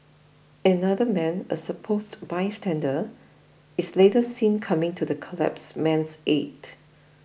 another man a supposed bystander is later seen coming to the collapsed man's aid